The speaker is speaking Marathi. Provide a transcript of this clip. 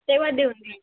तेव्हा देऊन जाई